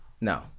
No